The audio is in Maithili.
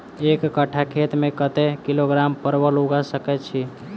एक कट्ठा खेत मे कत्ते किलोग्राम परवल उगा सकय की??